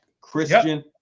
Christian